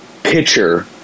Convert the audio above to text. pitcher